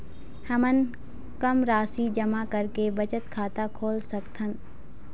हमन कम राशि जमा करके बचत खाता खोल सकथन?